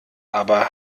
aber